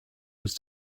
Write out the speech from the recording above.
was